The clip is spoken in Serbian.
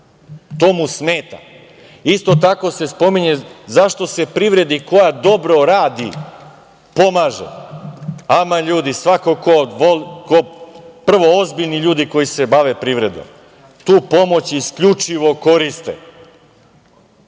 To mu smeta. Isto tako se pominje zašto se privredi koja dobro radi pomaže. Ama, ljudi, svako ko, prvo, ozbiljni ljudi koji se bave privredom, tu pomoć isključivo koriste